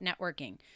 networking